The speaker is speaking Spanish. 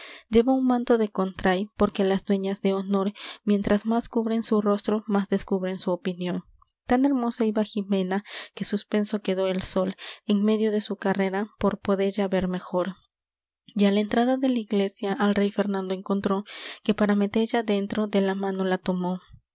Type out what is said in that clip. un manto de contray porque las dueñas de honor mientras más cubren su rostro más descubren su opinión tan hermosa iba jimena que suspenso quedó el sol en medio de su carrera por podella ver mejor y á la entrada de la iglesia al rey fernando encontró que para metella dentro de la mano la tomó